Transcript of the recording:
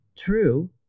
True